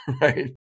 right